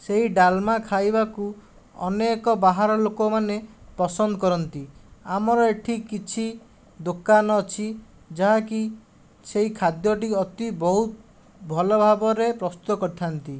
ସେଇ ଡାଲମା ଖାଇବାକୁ ଅନେକ ବାହାର ଲୋକମାନେ ପସନ୍ଦ କରନ୍ତି ଆମର ଏଠି କିଛି ଦୋକାନ ଅଛି ଯାହାକି ସେହି ଖାଦ୍ୟଟି ଅତି ବହୁତ ଭଲ ଭାବରେ ପ୍ରସ୍ତୁତ କରିଥାନ୍ତି